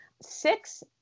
Six